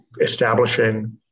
establishing